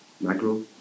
macro